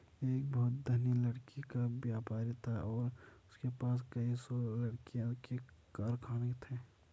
एक बहुत धनी लकड़ी का व्यापारी था और उसके पास कई सौ लकड़ी के कारखाने थे